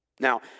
Now